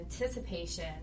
anticipation